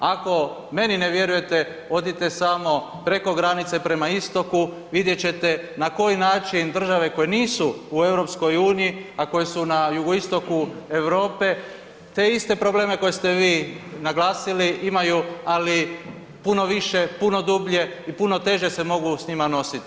Ako meni ne vjerujete odite samo preko granice prema istoku vidjet ćete na koji način države koje nisu u EU, a koje su na jugoistoku Europe te iste probleme koje ste vi naglasili imaju, ali puno više, puno dublje i puno teže se mogu s njima nositi.